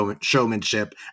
showmanship